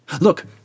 Look